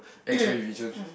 Exonic region